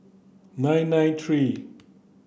nine nine three